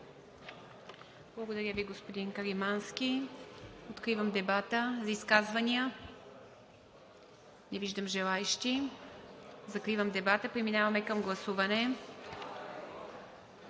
Благодаря Ви, господин Каримански. Откривам дебата за изказвания. Не виждам желаещи. Закривам дебата и преминаваме към гласуване.